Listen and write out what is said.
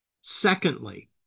Secondly